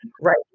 Right